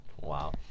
wow